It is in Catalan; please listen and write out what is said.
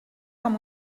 com